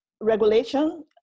regulation